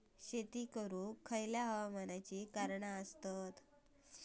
शेत करुक खयच्या हवामानाची कारणा आसत?